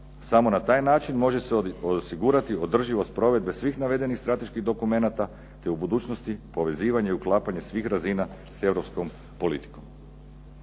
Samo na taj način može se osigurati održivost provedbe svih navedenih strateških dokumenata te u budućnosti povezivanje i uklapanje svih razina s Europskom politikom.